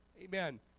Amen